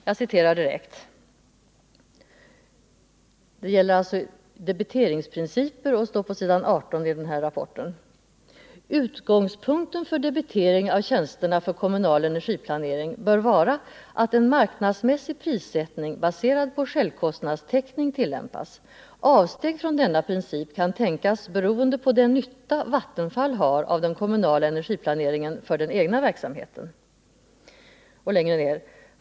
Jag citerar direkt ett stycke från rapportens avsnitt om debiteringsprinciper: ”Utgångspunkten för debitering av tjänsterna för kommunal energiplanering bör vara att en marknadsmässig prissättning baserad på självkostnadstäckning tillämpas. Avsteg från denna princip kan tänkas beroende på den nytta Vattenfall har av den kommunala energiplaneringen för den egna verksamheten.